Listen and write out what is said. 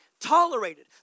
tolerated